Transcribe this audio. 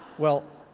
well,